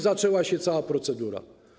Zaczęła się cała procedura.